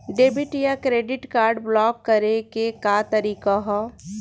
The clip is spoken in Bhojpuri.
डेबिट या क्रेडिट कार्ड ब्लाक करे के का तरीका ह?